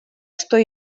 что